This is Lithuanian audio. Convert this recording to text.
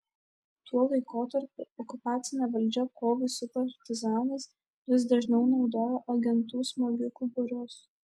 tuo laikotarpiu okupacinė valdžia kovai su partizanais vis dažniau naudojo agentų smogikų būrius